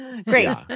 Great